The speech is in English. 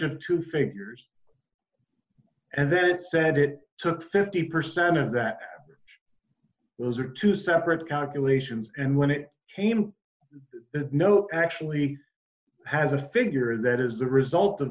of two figures and then it said it took fifty percent of that those are two separate constellations and when it came to no actually has a figure that is the result